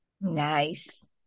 Nice